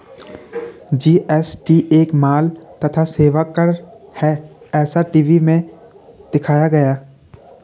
GST एक माल तथा सेवा कर है ऐसा टी.वी में दिखाया गया